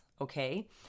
Okay